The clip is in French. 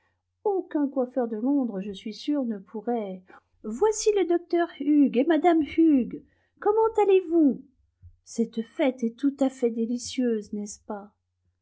aucun coiffeur de londres je suis sûre ne pourrait voici le docteur hughes et mme hughes comment allez-vous cette fête est tout à fait délicieuse n'est-ce pas